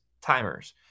Timers